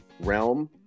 realm